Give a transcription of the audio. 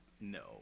No